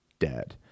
dead